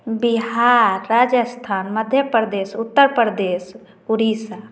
Bihar Rajasthan Madhya Pradesh Uttar Pradesh Orissa